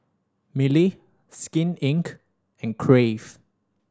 Mili Skin Inc and Crave